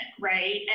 right